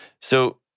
So-